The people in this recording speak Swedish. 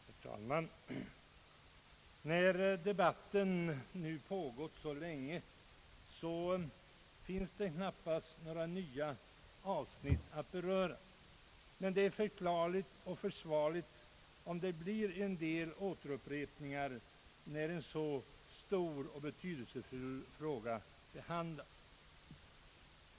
Herr talman! När debatten nu pågått så länge finns det knappast några nya avsnitt att beröra. Men det är förklarligt och även försvarligt om det blir en del återupprepningar när en så stor och betydelsefull fråga behandlas.